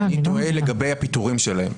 אני תוהה לגבי הפיטורים שלהם.